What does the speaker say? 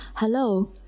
Hello